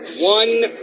One